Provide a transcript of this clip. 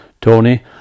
Tony